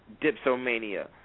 dipsomania